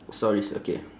stories okay